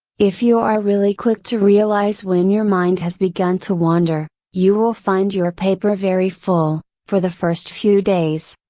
if you are really quick to realize when your mind has begun to wander, you will find your paper very full, for the first few days.